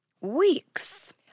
weeks